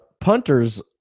punters